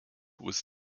was